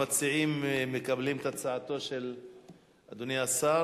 המציעים מקבלים את הצעתו של אדוני השר.